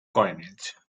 coinage